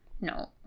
No